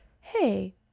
hey